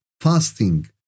fasting